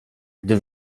gdy